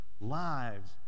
lives